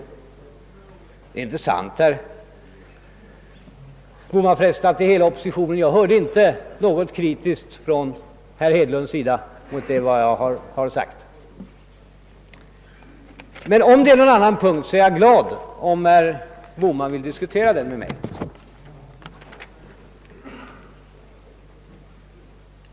— Det är för resten inte sant, herr Bohman, att hela oppositionen står bakom kritiken. Jag hörde inte någon kritik från herr Hedlunds sida mot vad jag har sagt. Men om det finns någon annan punkt, så är jag glad om herr Bohman vill diskutera den med mig.